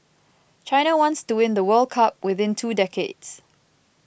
China wants to win the World Cup within two decades